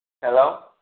Hello